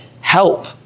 help